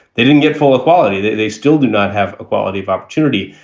they didn't get full equality. they they still do not have equality of opportunity.